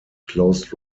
closed